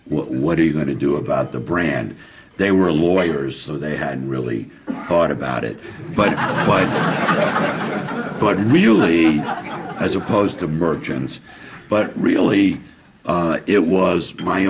what are you going to do about the brand they were lawyers so they had really thought about it but but but really as opposed to merchants but really it was my